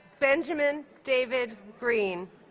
benjamin david green